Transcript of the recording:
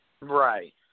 Right